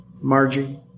Margie